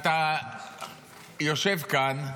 אתה יושב כאן,